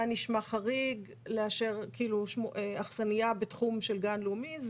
נשמע חריג לאפשר אכסניה בתחום של גן לאומי.